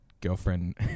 girlfriend